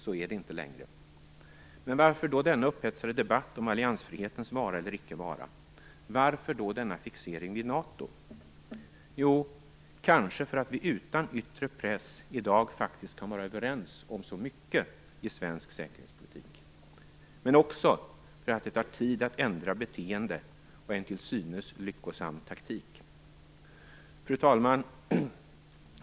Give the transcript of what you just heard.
Så är det inte längre. Men varför då denna upphetsade debatt om alliansfrihetens vara eller icke vara? Varför då denna fixering vid NATO? Ja, kanske därför att vi utan yttre press i dag faktiskt kan vara överens om så mycket i svensk säkerhetspolitik, men också därför att det tar tid att ändra beteende och en till synes lyckosam taktik. Fru talman!